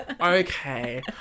Okay